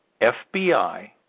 FBI